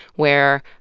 where,